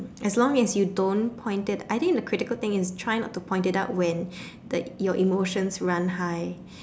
as long as you don't point it I think the critical thing is try not to point it out when your emotions run high